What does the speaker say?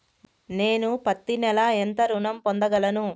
నేను పత్తి నెల ఎంత ఋణం పొందగలను?